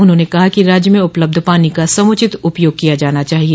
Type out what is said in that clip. उन्होंने कहा कि राज्य में उपलब्ध पानी का समुचित उपयोग किया जाना चाहिए